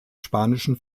spanischen